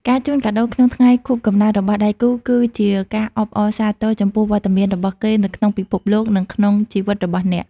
ការជូនកាដូក្នុងថ្ងៃខួបកំណើតរបស់ដៃគូ គឺជាការអបអរសាទរចំពោះវត្តមានរបស់គេនៅក្នុងពិភពលោក និងក្នុងជីវិតរបស់អ្នក។